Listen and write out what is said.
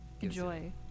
Enjoy